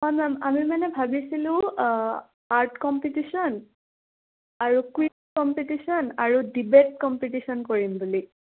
হয় মেম আমি মানে ভাবিছিলোঁ আৰ্ট কম্পিটিশ্যন আৰু কুইজ কম্পিটিশন আৰু ডিবেট কম্পিটিশন কৰিম বুলি